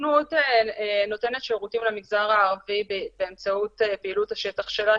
הסוכנות נותנת שירותים למגזר הערבי באמצעות פעילות השטח שלה,